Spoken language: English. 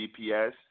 GPS